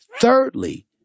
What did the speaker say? Thirdly